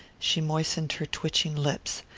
she moistened her twitching lips.